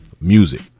music